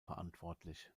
verantwortlich